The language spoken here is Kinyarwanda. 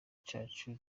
cyacu